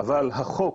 אבל החוק